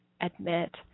admit